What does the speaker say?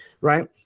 right